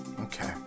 Okay